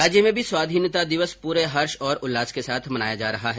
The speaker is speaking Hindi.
राज्य में भी स्वाधीनता दिवस पूरे हर्ष और उल्लास के साथ मनाया जा रहा है